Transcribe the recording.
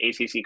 ACC